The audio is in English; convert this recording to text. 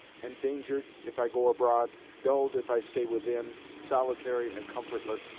endangered if i go abroad, dulled if i stay within, solitary and comfortless,